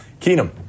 Keenum